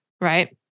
right